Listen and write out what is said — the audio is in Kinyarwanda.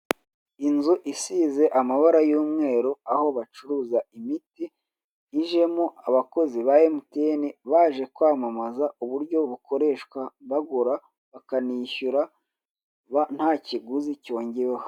Inzu isize amabara y'umweru, aho bacuruza imiti, ijemo abakozi ba Emutiyeni baje kwamamaza uburyo bukoreshwa bagura bakanishyura nta kiguzi cyongewe ho.